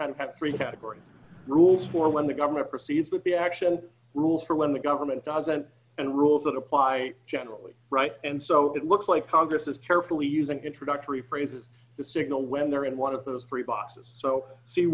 kind of have three categories rules for when the government proceeds with the action rules for when the government doesn't and rules that apply generally right and so it looks like congress is carefully using introductory phrases to signal when they're in one of those three boxes so